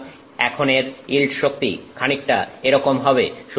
সুতরাং এখন এর ইল্ড শক্তি খানিকটা এরকম হবে